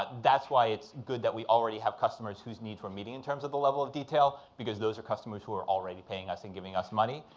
but that's why it's good that we already have customers whose needs we're meeting, in terms of the level of detail, because those are customers who are already paying us and giving us money.